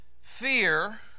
fear